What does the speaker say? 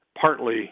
Partly